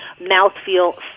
mouthfeel